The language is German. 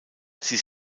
sie